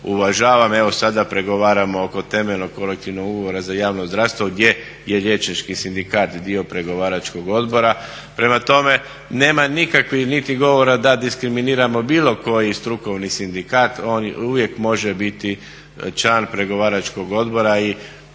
uvažavan. Evo sada pregovaramo oko temeljnog kolektivnog ugovora za javno zdravstvo gdje je liječnički sindikat dio pregovaračkog odbora. Prema tome, nema nikakvog niti govora da diskriminiramo bilo koji strukovni sindikat, on uvijek može biti član pregovaračkog odbora